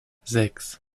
sechs